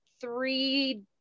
three